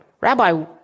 Rabbi